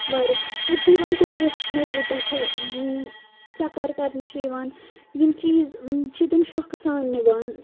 واریاہ ییٚتہِ چھِ یِوان ٹوٗرِسٹ نٮ۪برٕ پٮ۪ٹھٕ چَکَر کَرن چھِ یِوان یِم چیٖز چھِ تِم شوقعہٕ سان نِوان